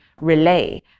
relay